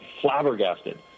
flabbergasted